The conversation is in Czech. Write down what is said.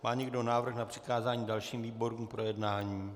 Má někdo návrh na přikázání dalším výborům k projednání?